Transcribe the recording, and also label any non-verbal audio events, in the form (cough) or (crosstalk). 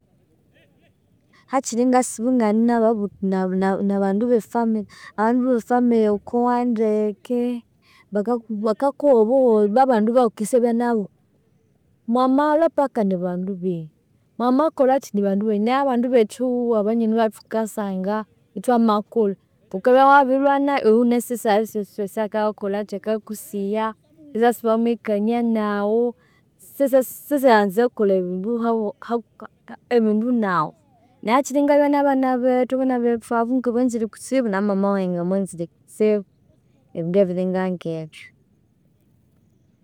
(noise) Hakyiri ingasiba na- na inganina abandu abe family, abandu be family ghukowa ndeke. Baka bakakuha obuholho, babandu abaghukendisyabya nabu, (hesitation) mwamalhwa paka nibandu benyu. Mwamakolhakyi nibandu benyu, naye abandu bekyihugho abanyoni abathukasanga ithwamakulha, ghukabya wabilhwa nayu, ighunasi esaha syosisyosi akakusigha isyanzire erikania naghu, sasa salisasanza erikolha ebindu naghu. Neryo hakyiri ingabya nabana bethu, abana bethu abo ngabanzire kutsibu namama wayi ngamwanzire kutsibu, ebindu ebiringangebyu.